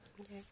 Okay